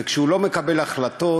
וכשהוא לא מקבל החלטות